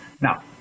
Now